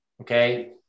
okay